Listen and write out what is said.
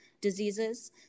diseases